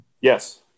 Yes